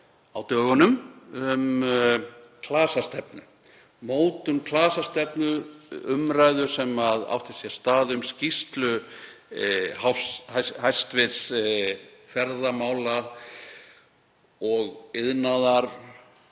á dögunum um klasastefnu, mótun klasastefnu, umræðu sem átti sér stað um skýrslu hæstv. ferðamála-, iðnaðar-